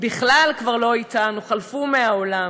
בכלל כבר לא אתנו, חלפו מהעולם.